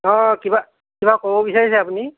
অঁ কিবা কিবা ক'ব বিচাৰিছে আপুনি